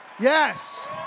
Yes